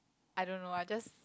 I don't know I just